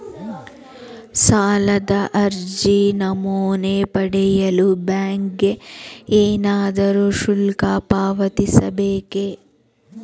ಸಾಲದ ಅರ್ಜಿ ನಮೂನೆ ಪಡೆಯಲು ಬ್ಯಾಂಕಿಗೆ ಏನಾದರೂ ಶುಲ್ಕ ಪಾವತಿಸಬೇಕೇ?